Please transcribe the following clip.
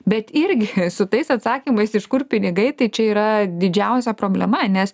bet irgi su tais atsakymais iš kur pinigai tai čia yra didžiausia problema nes